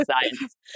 science